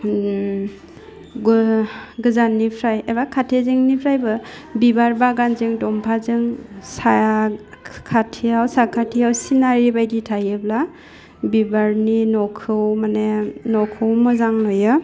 गोह गोजानिफ्राय एबा खाथिजोंनिफ्रायबो बिबार बागानजों दंफाजों साख खाथियाव साखाथियाव सिनायै बायदि थायोब्ला बिबारनि न'खौ माने न'खौ मोजां नुयो